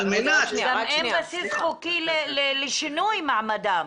גם אין בסיס חוקי לשינוי מעמדם.